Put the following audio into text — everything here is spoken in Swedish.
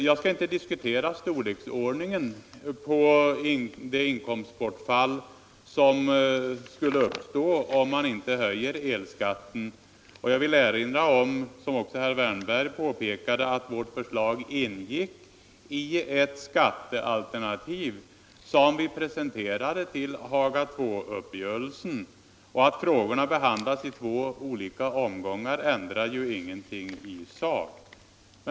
Jag skall inte diskutera storleksordningen på det inkomstbortfall som skulle uppstå om man inte höjer elskatten, men jag vill erinra om — vilket också herr Wärnberg påpekade — att vårt förslag ingick i ett skattealternativ som vi presenterade till Haga II-uppgörelsen. Det förhållandet att frågorna behandlas i två olika omgångar ändrar ingenting i sak.